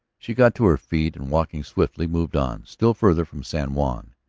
she got to her feet and, walking swiftly, moved on, still farther from san juan.